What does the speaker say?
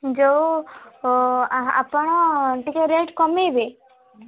ଯୋଉ ଆପଣ ଟିକେ ରେଟ୍ କମେଇବେ